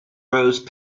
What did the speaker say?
rose